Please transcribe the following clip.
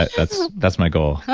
that's that's my goal